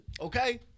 Okay